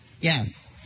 Yes